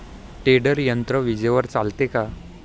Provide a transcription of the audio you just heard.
Tedder यंत्र विजेवर चालते का?